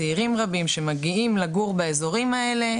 צעירים רבים שמגיעים לגור באזורים האלה,